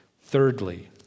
Thirdly